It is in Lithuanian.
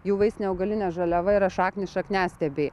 jų vaistinė augalinė žaliava yra šaknys šakniastiebiai